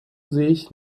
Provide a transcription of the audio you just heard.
sich